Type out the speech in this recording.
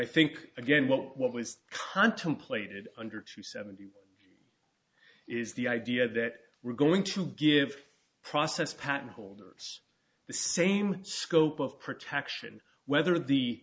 i think again well what was contemplated under two seventy is the idea that we're going to give process patent holders the same scope of protection whether the